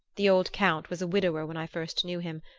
the old count was a widower when i first knew him.